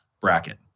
bracket